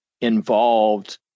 involved